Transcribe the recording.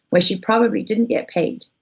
where she probably didn't get paid,